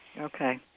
Okay